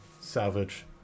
salvage